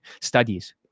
studies